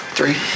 Three